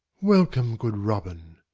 welcome, good robin.